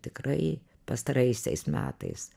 tikrai pastaraisiais metais